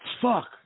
fuck